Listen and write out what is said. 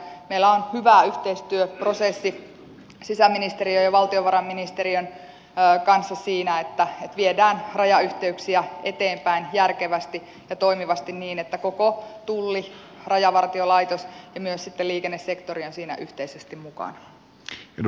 meillä on hyvä yhteistyöprosessi sisäministeriön ja valtiovarainministeriön kanssa siinä että viedään rajayhteyksiä eteenpäin järkevästi ja toimivasti niin että koko tulli rajavartiolaitos ja myös liikennesektori ovat siinä yhteisesti mukana